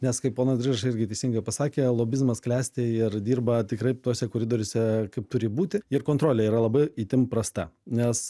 nes kaip ponas drižas visiškai teisingai pasakė lobizmas klesti ir dirba tikrai tuose koridoriuose kaip turi būti ir kontrolė yra labai itin prasta nes